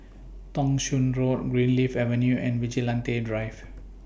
Thong Soon Road Greenleaf Avenue and Vigilante Drive